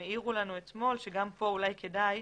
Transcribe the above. העירו לנו אתמול שגם כאן אולי כדאי,